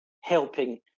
helping